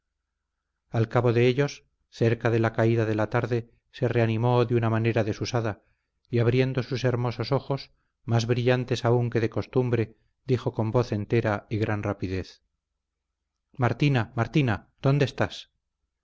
al cabo de ellos cerca de la caída de la tarde se reanimó de una manera desusada y abriendo sus hermosos ojos más brillantes aún que de costumbre dijo con voz entera y gran rapidez martina martina dónde estás